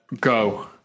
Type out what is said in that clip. Go